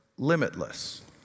Limitless